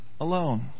alone